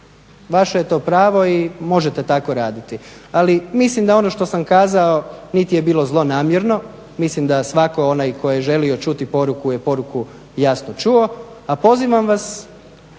vaše je to pravo i možete tako raditi. Ali, mislim da ono što sam kazao niti je bilo zlonamjerno, mislim da svatko onaj koji je želio čuti poruku je poruku jasno čuo. A pozivam vas